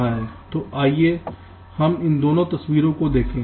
तो आइए हम इन दो तस्वीरों को देखें